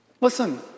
Listen